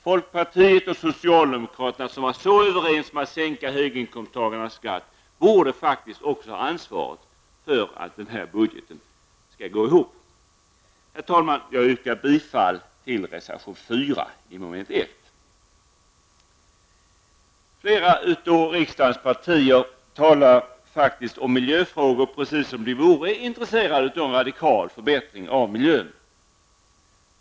Folkpartiet och socialdemokraterna, som var så överens om att sänka höginkomsttagarnas skatt, borde faktiskt också ha ett ansvar för att budgeten går ihop. Herr talman! Jag yrkar bifall till reservation 4. Det gäller då mom. 1. Flera av riksdagens partier talar faktiskt om miljöfrågor precis som om de vore intresserade av en radikal förbättring av miljön.